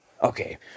Okay